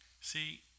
See